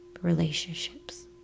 relationships